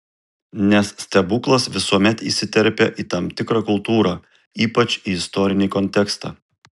nes stebuklas visuomet įsiterpia į tam tikrą kultūrą ypač į istorinį kontekstą